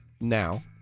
now